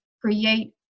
create